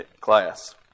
class